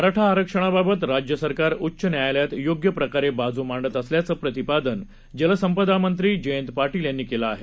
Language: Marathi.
मराठा आरक्षणाबाबत राज्य सरकार उच्च न्यायालयात योग्य प्रकारे बाजू मांडत असल्याचं प्रतिपादन जलसंपदा मंत्री जयंत पाटील यांनी केलं आहे